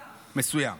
מסוים.